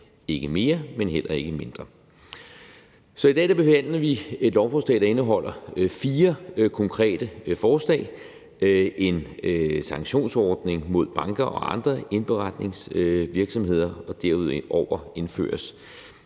ikke mere, men heller ikke mindre. Så i dag behandler vi et lovforslag, der indeholder fire konkrete forslag: Der er en sanktionsordning mod banker og andre indberetningsvirksomheder, og derudover indføres